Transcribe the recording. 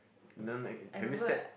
no eh have you sat